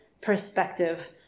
perspective